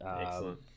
Excellent